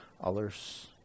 others